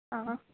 आ आ